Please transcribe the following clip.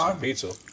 pizza